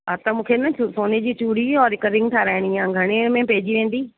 हा त मूंखे अन चू सोने जी चूड़ी और हिक रिंग ठहाराइणी आहे घणे में पइजी वेंदी